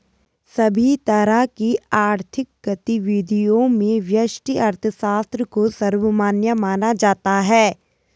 सभी तरह की आर्थिक गतिविधियों में व्यष्टि अर्थशास्त्र को सर्वमान्य माना जाता है